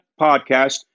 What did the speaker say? podcast